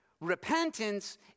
Repentance